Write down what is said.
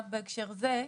רק בהקשר הזה.